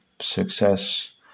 success